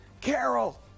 Carol